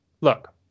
look